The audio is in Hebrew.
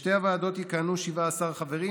בשתי הוועדות יכהנו 17 חברים,